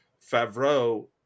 Favreau